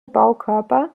baukörper